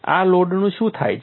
આ લોડનું શું થાય છે